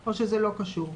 או שזה לא קשור?